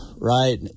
Right